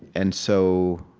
and so